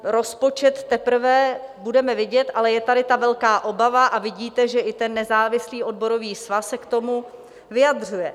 Rozpočet teprve budeme vidět, ale je tady ta velká obava a vidíte, že i ten Nezávislý odborový svaz se k tomu vyjadřuje.